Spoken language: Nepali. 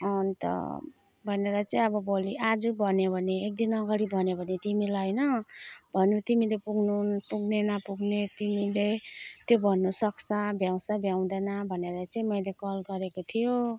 अन्त भनेर चाहिँ अब भोलि आज भन्यो भने एकदिन अगाडि भन्यो भने तिमीलाई होइन भन्नु तिमीले पुग्नु पुग्ने नपुग्ने तिमीले त्यो भन्न सक्छ भ्याउँछ भ्याउँदैन भनेर चाहिँ मैले कल गरेको थियो